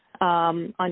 on